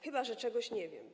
Chyba, że czegoś nie wiem.